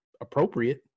appropriate